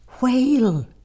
Whale